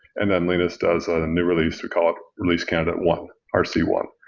and then linus does a new release. we call it release candidate one, r c one.